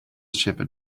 shepherd